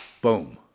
Boom